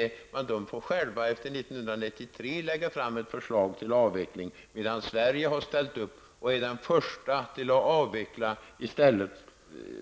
Men Finland får självt efter 1993 lägga fram förslag till avveckling, medan Sverige har ställt upp och är den första att avveckla i stället